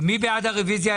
מי בעד הרביזיה?